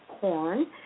corn